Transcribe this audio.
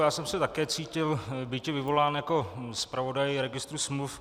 Já jsem se také cítil býti vyvolán jako zpravodaj registru smluv.